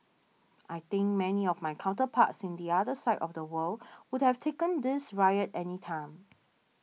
I think many of my counterparts in the other side of the world would have taken this riot any time